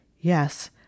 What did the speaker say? Yes